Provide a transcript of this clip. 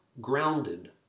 grounded